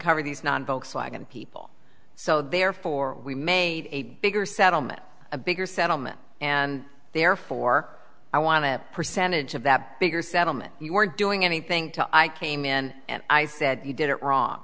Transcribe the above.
cover these non vote slacken people so therefore we made a bigger settlement a bigger settlement and therefore i want a percentage of that bigger settlement you weren't doing anything to i came in and i said you did it ro